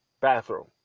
bathroom